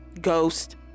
Ghost